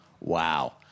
Wow